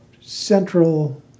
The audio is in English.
Central